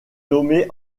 nommée